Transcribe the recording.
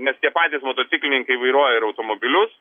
nes tie patys motociklininkai vairuoja ir automobilius